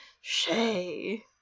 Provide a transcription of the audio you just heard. Shay